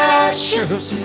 ashes